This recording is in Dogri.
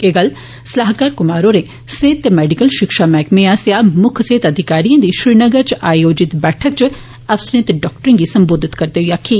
एह गल्ल सलाहकार क्मार होरें सेहत ते मैडिकल शिक्षा मैहकमे आस्सेया मुक्ख सेहत अधिकारियें दी श्रीनगर च आयोजित बैठक च अफसरें ते डाक्टरें गी सम्बोधित करदे होई आक्खी